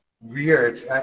weird